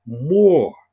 more